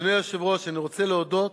אדוני היושב-ראש, אני רוצה להודות